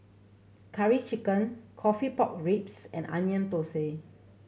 Curry Chicken coffee pork ribs and Onion Thosai